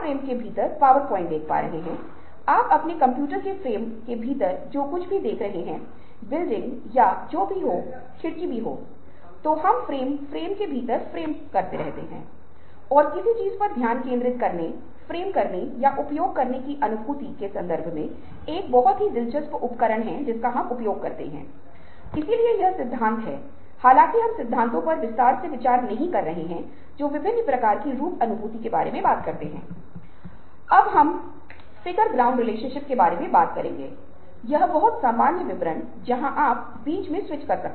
असामान्य समाधान है इसलिए जब बुद्धि और रचनात्मकता संबंधित हैं तो यह पाया गया कि बुद्धि और रचनात्मकता के बीच संबंध 120 के आईक्यू तक अच्छा है